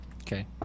Okay